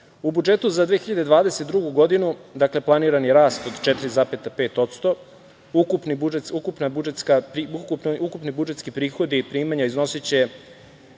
budžetu za 2022. godinu planiran je rast od 4,5%, ukupni budžetski prihodi i primanja iznosiće